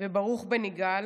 וברוך בן יגאל,